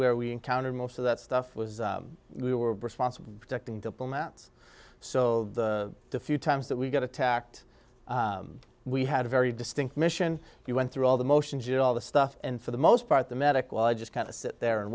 where we encountered most of that stuff was we were responsible protecting diplomats so the few times that we got attacked we had a very distinct mission you went through all the motions and all the stuff and for the most part the medical i just got to sit there and